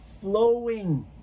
flowing